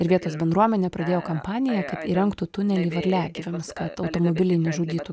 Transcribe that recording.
ir vietos bendruomenė pradėjo kampaniją įrengtų tunelį varliagyviams kad automobiliai nežudytų